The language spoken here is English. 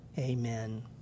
amen